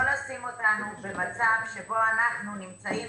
לא לשים אותנו במצב שבו אנחנו נמצאים